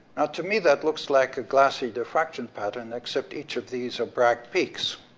to me, that looks like a glassy diffraction pattern, except each of these are bragg peaks.